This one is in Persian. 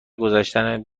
گذشتن